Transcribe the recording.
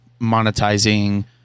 monetizing